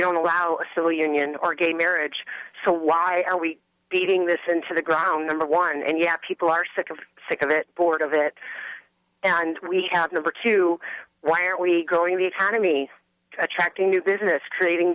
don't allow a civil union or gay marriage so why are we beating this into the ground number one and yet people are sick of sick of it bored of it and we have number two why are we going the economy attracting new business creating